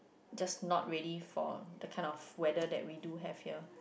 just not really for the kind of weather that we do have here